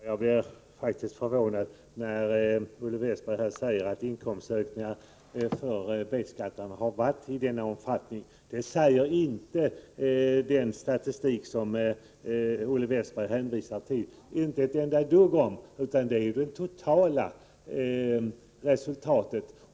Herr talman! Jag blev faktiskt förvånad när Olle Westberg sade att inkomstökningen för B-skattarna har varit av den omfattning som han nämner. Det säger den statistik som Olle Westberg hänvisar till inte ett dugg om -— utan den visar det totala resultatet.